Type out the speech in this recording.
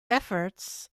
efforts